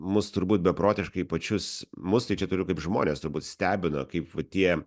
mus turbūt beprotiškai pačius mus tai čia turiu kaip žmones turbūt stebina kaip va tie